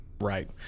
Right